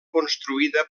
construïda